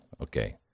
Okay